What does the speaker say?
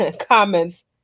comments